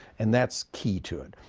and that's key to it.